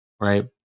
Right